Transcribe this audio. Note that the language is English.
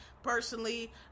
personally